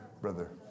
Brother